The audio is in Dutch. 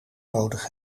nodig